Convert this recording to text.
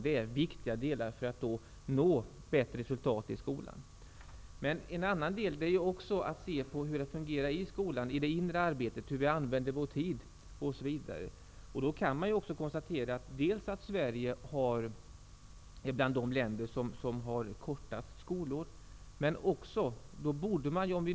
Allt detta är viktigt för att vi skall nå bättre resultat i skolan. Vad vi också måste titta på är hur det inre arbetet i skolan fungerar, dvs. hur vi använder vår tid. Man kan konstatera att Sverige hör till de länder som har de kortaste skolåren.